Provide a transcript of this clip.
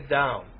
down